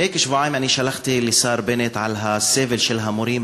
לפני כשבועיים שלחתי פנייה לשר בנט על הסבל של המורים